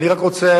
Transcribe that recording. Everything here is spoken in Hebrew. אני רק רוצה,